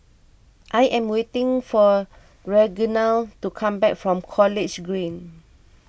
I am waiting for Reginald to come back from College Green